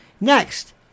Next